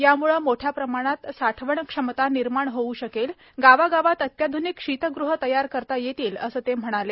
याम्ळं मोठ्या प्रमाणात साठवण क्षमता निर्माण होऊ शकेल गावागावात अत्याध्निक शीतगृह तयार करता येतील असं ते म्हणाले